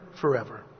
forever